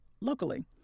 locally